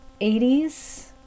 80s